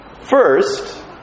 First